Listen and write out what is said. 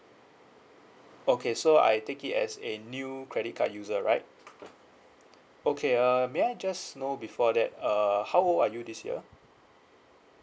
okay so I take it as a new credit card user right okay uh may I just know before that uh how old are you this year